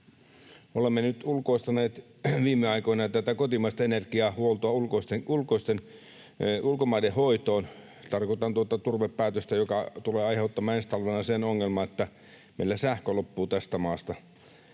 Olemme nyt ulkoistaneet viime aikoina tätä kotimaista energiahuoltoa ulkomaiden hoitoon. Tarkoitan tuota turvepäätöstä, joka tulee aiheuttamaan ensi talvena sen ongelman, että meillä sähkö loppuu tästä maasta.